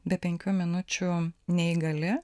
be penkių minučių neįgali